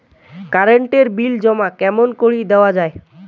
Current এর bill জমা কেমন করি দেওয়া যায়?